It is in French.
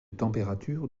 température